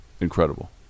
incredible